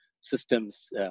systems